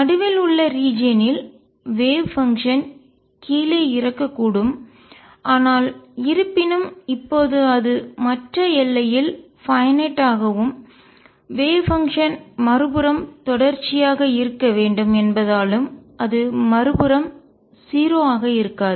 நடுவில் உள்ள ரீஜியன் ல் பிராந்தியத்தில் வேவ் பங்ஷன் அலை செயல்பாடு கீழே இறக்கக்கூடும் ஆனால் இருப்பினும் இப்போது அது மற்ற எல்லையில் பைன்நாட் வரையறுக்கப்பட்டதாகவும் ஆகவும் வேவ் பங்ஷன் அலை செயல்பாடு மறுபுறம் தொடர்ச்சியாக இருக்க வேண்டும் என்பதாலும் அது மறுபுறம் 0 ஆக இருக்காது